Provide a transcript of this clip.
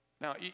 Now